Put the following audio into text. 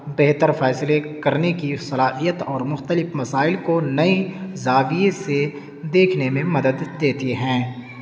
بہتر فیصلے کرنے کی صلاحیت اور مختلف مسائل کو نئے زاویے سے دیکھنے میں مدد دیتی ہیں